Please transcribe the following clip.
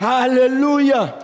Hallelujah